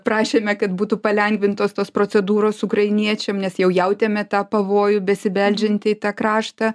prašėme kad būtų palengvintos tos procedūros ukrainiečiam nes jau jautėme tą pavojų besibeldžiantį į tą kraštą